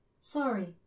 Sorry